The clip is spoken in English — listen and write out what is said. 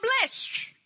blessed